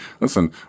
listen